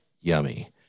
yummy